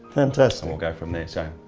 fantastic. and we'll go from there so.